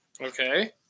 Okay